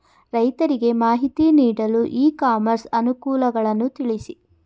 ರೈತರಿಗೆ ಮಾಹಿತಿ ನೀಡಲು ಇ ಕಾಮರ್ಸ್ ಅನುಕೂಲಗಳನ್ನು ತಿಳಿಸಿ?